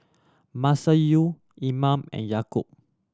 Masayu Iman and Yaakob